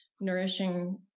nourishing